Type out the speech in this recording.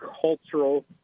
cultural